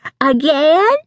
Again